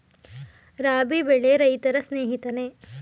ರಾಬಿ ಬೆಳೆ ರೈತರ ಸ್ನೇಹಿತನೇ?